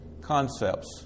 concepts